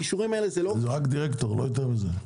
הכישורים הללו- - זה רק דירקטור, לא יותר מזה.